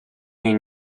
niej